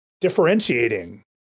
differentiating